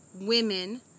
women